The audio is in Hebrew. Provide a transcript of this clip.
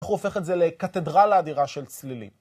איך הוא הופך את זה לקתדרלה האדירה של צלילים.